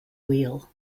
wheel